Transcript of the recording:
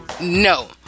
no